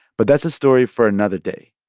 but that's a story for another day.